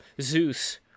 Zeus